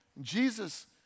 Jesus